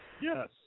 yes